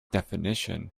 definition